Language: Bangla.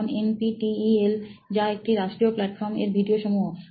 যেমন এনপিটিইএল যা একটি রাষ্ট্রীয় প্লাটফর্ম এর ভিডিও সমূহ